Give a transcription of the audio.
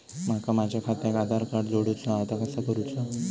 माका माझा खात्याक आधार कार्ड जोडूचा हा ता कसा करुचा हा?